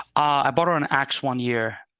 i bought um an ax one year